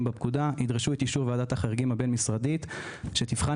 בפקודה ידרשו את אישור ועדת החריגים הבין-משרדית שתבחן